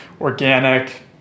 organic